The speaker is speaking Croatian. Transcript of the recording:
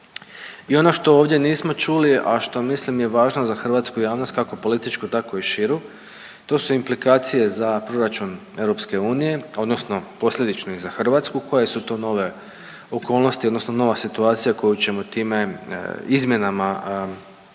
i ono što ovdje nismo čuli, a što mislim je važno za hrvatsku javnost, kako političku, tako i širu, to su implikacije za proračun EU, odnosno posljedično i za Hrvatsku, koje su to nove okolnosti odnosno nova situacija koju ćemo time izmjenama amortizirati